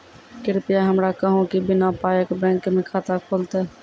कृपया हमरा कहू कि बिना पायक बैंक मे खाता खुलतै?